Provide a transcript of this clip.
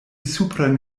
supren